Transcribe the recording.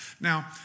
Now